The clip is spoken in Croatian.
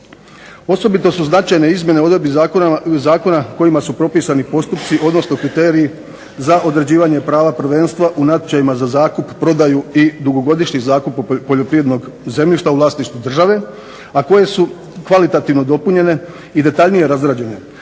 Osobito su značajne izmjene odredbi zakona kojima su propisani postupci, odnosno kriteriji za određivanje prava prvenstva u natječajima za zakup, prodaju i dugogodišnji zakup poljoprivrednog zemljišta u vlasništvu države, a koje su kvalitativno dopunjene i detaljnije razrađene